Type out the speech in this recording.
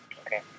Okay